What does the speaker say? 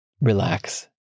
relax